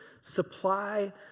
supply